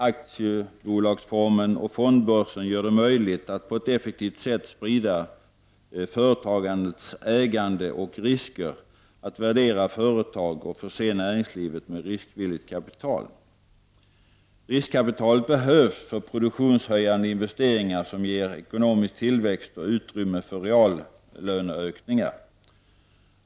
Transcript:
Aktiebolagsformen och fondbörsen gör det möjligt att på ett effektivt sätt sprida företagandets ägande och risker, att värdera företag och förse näringslivet med riskvilligt kapital. Riskkapitalet behövs för produktionshöjande investeringar, som ger ekonomisk tillväxt och utrymme för reallöneökningar.